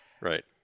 right